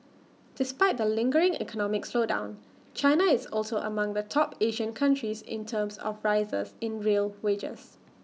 despite the lingering economic slowdown China is also among the top Asian countries in terms of rises in real wages